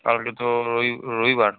কালকে তো রবি রবিবার